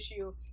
issue